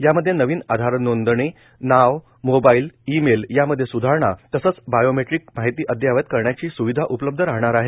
यामध्ये नवीव आधार बोंदणी नाव मोबाईल ई मेल यामध्ये सुधारणा तसंच बायोमेप्रीक माहिती अद्ययावत करण्याची सुविधा उपलब्ध राहणार आहे